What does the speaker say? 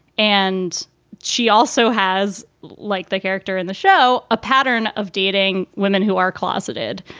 and she also has, like the character in the show, a pattern of dating women who are closeted.